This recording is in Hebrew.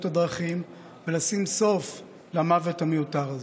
הדרכים ולשים סוף למוות המיותר הזה.